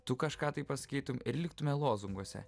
tu kažką tai pasakytum ir liktume lozunguose